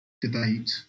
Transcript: debate